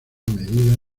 medida